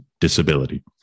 disability